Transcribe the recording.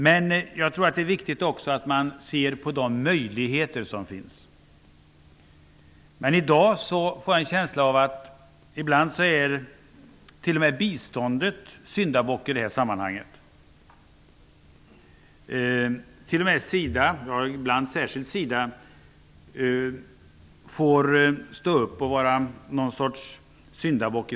Men jag tror att det är viktigt att man också ser på de möjligheter som finns. I dag får jag en känsla av att t.o.m. biståndet ibland blir syndabock i det här sammanhanget. Även SIDA -- ibland särskilt SIDA -- får vara något slags syndabock.